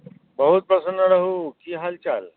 बहुत प्रसन्न रहू की हाल चाल